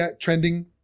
trending